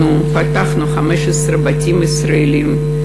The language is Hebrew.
אנחנו פתחנו 15 בתים ישראליים.